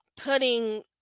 putting